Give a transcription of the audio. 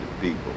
people